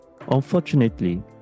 Unfortunately